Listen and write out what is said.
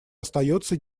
остается